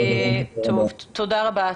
תודה רבה.